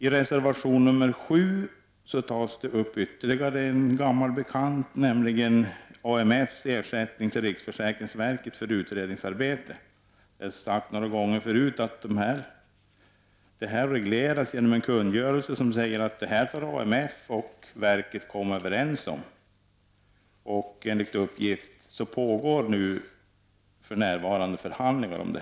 I reservation 7 tas det upp ytterligare en gammal bekant, nämligen AMF:s ersättning till riksförsäkringsverket för utredningsarbete. Det är sagt några gånger förut att detta regleras genom en kungörelse som säger att det här får AMF och verket komma överens om. Enligt uppgift pågår för närvarande förhandlingar.